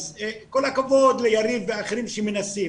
כל הכבוד ליריב ואחרים שמנסים.